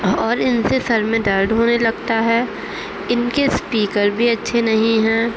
اور ان سے سر میں درد ہونے لگتا ہے ان کے اسپیکر بھی اچھے نہیں ہیں